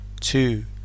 two